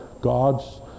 God's